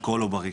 אלכוהול עוברי,